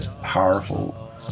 powerful